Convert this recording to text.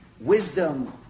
wisdom